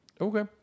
Okay